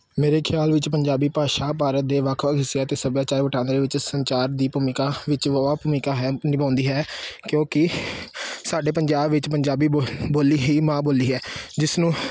ਮੇਰੇ ਖਿਆਲ ਵਿੱਚ ਪੰਜਾਬੀ ਭਾਸ਼ਾ ਭਾਰਤ ਦੇ ਵੱਖ ਵੱਖ ਹਿੱਸਿਆਂ ਅਤੇ ਸੱਭਿਆਚਾਰ ਵਟਾਂਦਰੇ ਵਿੱਚ ਸੰਚਾਰ ਦੀ ਭੂਮਿਕਾ ਵਿੱਚ ਵਾਹਵਾ ਭੂਮਿਕਾ ਹੈ ਨਿਭਾਉਂਦੀ ਹੈ ਕਿਉਂਕਿ ਸਾਡੇ ਪੰਜਾਬ ਵਿੱਚ ਪੰਜਾਬੀ ਬੋ ਬੋਲੀ ਹੀ ਮਾਂ ਬੋਲੀ ਹੈ ਜਿਸ ਨੂੰ